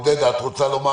עודדה, את רוצה לומר